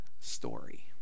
story